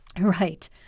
Right